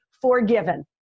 forgiven